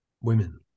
women